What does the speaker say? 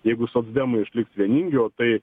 jeigu socdemai išliks vieningi o tai